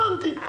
הבנתי,